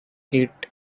eat